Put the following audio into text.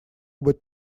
быть